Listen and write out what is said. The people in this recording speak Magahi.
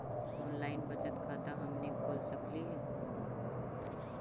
ऑनलाइन बचत खाता हमनी खोल सकली हे?